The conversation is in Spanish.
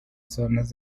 zonas